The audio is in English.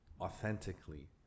authentically